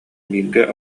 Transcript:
бииргэ